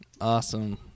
Awesome